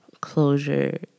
closure